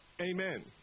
Amen